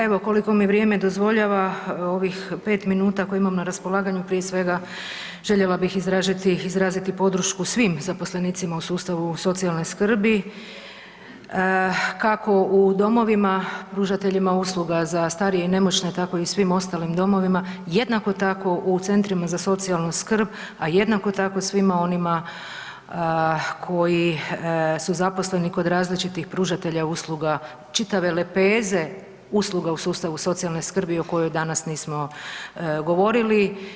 Evo koliko mi vrijeme dozvoljava ovih pet minuta koje imam na raspolaganju prije svega željela bih izraziti podršku svim zaposlenicima u sustavu socijalne skrbi kako u domovima pružateljima usluga za starije i nemoćne tako i svim ostalim domovima, jednako tako u centrima za socijalnu skrb, a jednako tako svima onima koji su zaposlenih kod različitih pružatelja usluga čitave lepeze usluga u sustavu socijalne skrbi o kojoj danas nismo govorili.